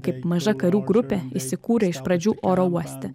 kaip maža karių grupė įsikūrė iš pradžių oro uoste